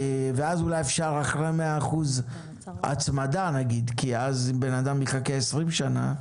אולי אפשר אחרי 100 אחוזים הצמדה כי אז בן אדם יחכה 20 שנים,